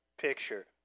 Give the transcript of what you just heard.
picture